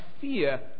fear